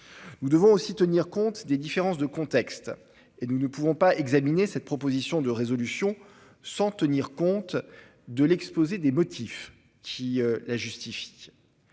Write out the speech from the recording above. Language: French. Nous devons aussi tenir compte des différences de contexte et nous ne pouvons examiner cette proposition de résolution sans tenir compte de l'exposé des motifs qui la justifie.